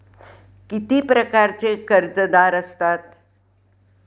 किती प्रकारचे कर्जदार असतात